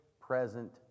present